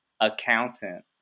Accountant